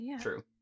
True